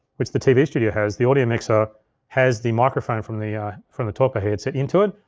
which the tv studio has, the audio mixer has the microphone from the from the top ahead sittin' into it,